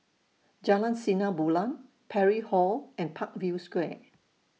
Jalan Sinar Bulan Parry Hall and Parkview Square